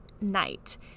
night